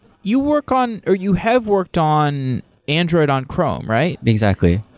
you work on, or you have worked on android on chrome, right? exactly.